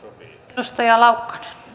arvoisa